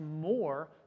more